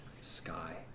sky